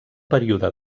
període